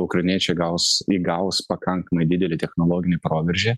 ukrainiečiai gaus įgaus pakankamai didelį technologinį proveržį